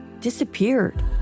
Disappeared